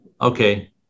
Okay